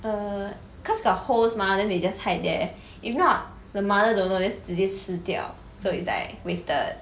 or cause got holes mah then they just hide there if not the mother don't know just 直接吃掉 so it's like wasted